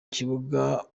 kibuga